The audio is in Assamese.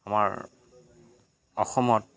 আমাৰ অসমত